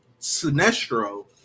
Sinestro